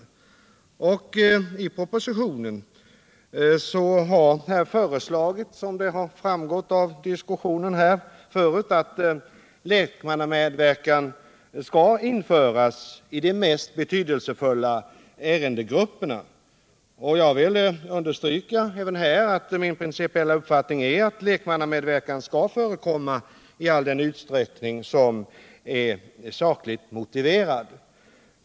Som framgått av den tidigare diskussionen här har man i propositionen föreslagit att lekmannamedverkan skall införas inom de mest betydelsefulla ärendegrupperna. Jag vill även på denna punkt understryka att min principiella uppfattning är att lek mannamedverkan skall förekomma i all den utsträckning som är sakligt motiverad.